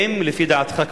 האם לפי דעתך,